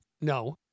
No